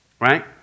right